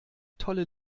tolle